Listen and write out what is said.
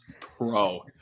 pro